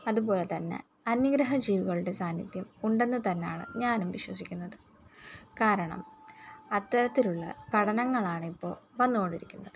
അത്പോലെ തന്നെ അന്യഗ്രഹജീവികളുടെ സാന്നിധ്യം ഉണ്ടെന്ന് തന്നെയാണ് ഞാനും വിശ്വസിക്കുന്നത് കാരണം അത്തരത്തിലുള്ള പഠനങ്ങളാണിപ്പോൾ വന്നുകൊണ്ടിരിക്കുന്നത്